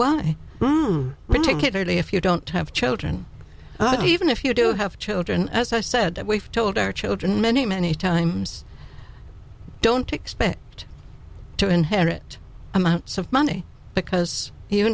early if you don't have children even if you do have children as i said that we've told our children many many times don't expect to inherit amounts of money because you